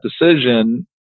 decision